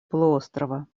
полуострова